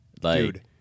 Dude